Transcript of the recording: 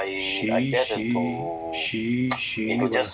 许许许许